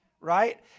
Right